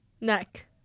Neck